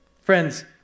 Friends